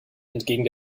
entgegen